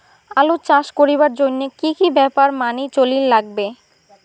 আলু চাষ করিবার জইন্যে কি কি ব্যাপার মানি চলির লাগবে?